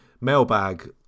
mailbag